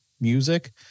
music